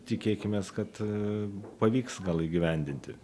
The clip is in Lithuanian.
tikėkimės kad pavyks gal įgyvendinti